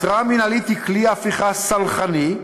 התראה מינהלית היא כלי אכיפה סלחני,